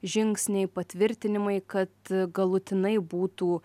žingsniai patvirtinimai kad galutinai būtų